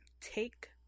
take